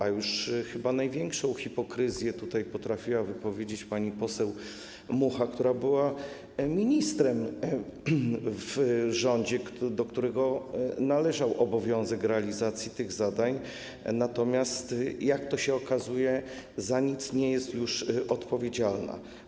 A już chyba największą hipokryzją wykazała się tutaj pani poseł Mucha, która była ministrem w rządzie, do którego należał obowiązek realizacji tych zadań, natomiast teraz, jak się okazuje, za nic nie jest już odpowiedzialna.